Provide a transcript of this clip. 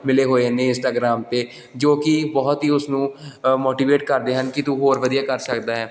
ਮਿਲੇ ਹੋਏ ਨੇ ਇੰਸਟਾਗਰਾਮ 'ਤੇ ਜੋ ਕਿ ਬਹੁਤ ਹੀ ਉਸ ਨੂੰ ਮੋਟੀਵੇਟ ਕਰਦੇ ਹਨ ਕਿ ਤੂੰ ਹੋਰ ਵਧੀਆ ਕਰ ਸਕਦਾ ਹੈ